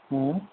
ہاں